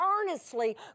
earnestly